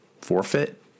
Forfeit